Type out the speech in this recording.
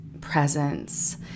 presence